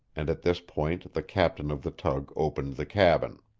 and at this point the captain of the tug opened the cabin.